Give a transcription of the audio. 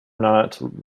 not